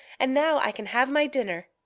and now i can have my dinner.